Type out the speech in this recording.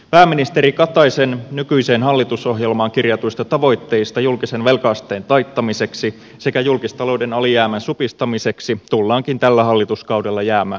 pääministeri kataisen nykyiseen hallitusohjelmaan kirjatuista tavoitteista julkisen velka asteen taittamiseksi sekä julkistalouden alijäämän supistamiseksi tullaankin tällä hallituskaudella jäämään kauaksi